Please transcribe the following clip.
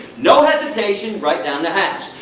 no hesitation, right down the hatch.